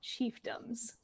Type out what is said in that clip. chiefdoms